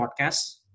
podcasts